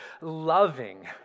loving